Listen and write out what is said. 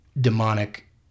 demonic